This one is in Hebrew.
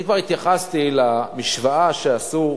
אני כבר התייחסתי למשוואה שעשו